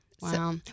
Wow